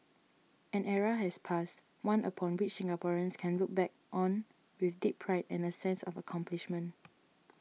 an era has passed one upon which Singaporeans can look back on with deep pride and a sense of accomplishment